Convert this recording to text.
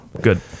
good